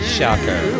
Shocker